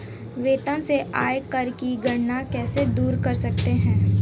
वेतन से आयकर की गणना कैसे दूर कर सकते है?